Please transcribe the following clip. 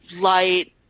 Light